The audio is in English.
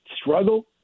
struggle